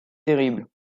terribles